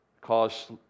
cause